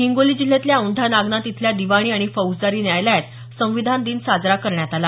हिंगोली जिल्ह्यातल्या ओंढा नागनाथ इथल्या दिवाणी आणि फौजदारी न्यायालयात संविधान दिन साजरा करण्यात आला